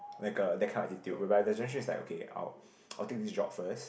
like a that kind of attitude whereby their generation is like okay I'll ppo I'll take this job first